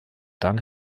dann